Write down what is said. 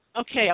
Okay